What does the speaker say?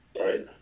Right